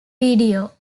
video